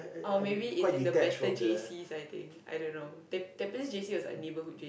or maybe it's in the better J_Cs I think I don't know tamp~ Tampines J_C was a neighbourhood J_C